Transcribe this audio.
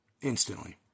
Instantly